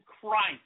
Christ